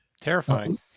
terrifying